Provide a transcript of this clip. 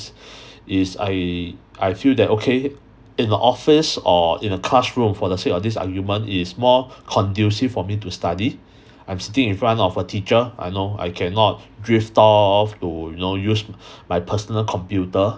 is I I feel that okay in the office or in a classroom for the sake of this argument is more conducive for me to study I'm sitting in front of a teacher I know I cannot drift off to you know use by personal computer